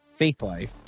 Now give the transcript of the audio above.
faithlife